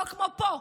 לא כמו פה,